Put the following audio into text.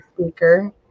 speaker